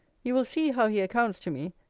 you will see how he accounts to me,